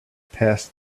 passed